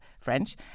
French